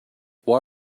why